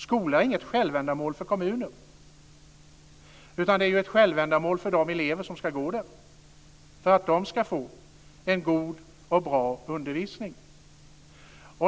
Skolan är inget självändamål för kommunen, utan den är ett självändamål för de elever som ska gå där, för att de ska få en god och bra undervisning.